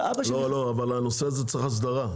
לא, לא, אבל הנושא הזה צריך הסדרה.